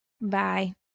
bye